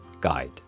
guide